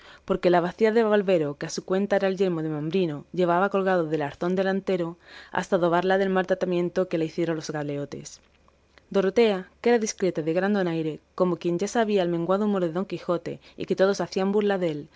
porque la bacía de barbero que a su cuenta era el yelmo de mambrino llevaba colgado del arzón delantero hasta adobarla del mal tratamiento que la hicieron los galeotes dorotea que era discreta y de gran donaire como quien ya sabía el menguado humor de don quijote y que todos hacían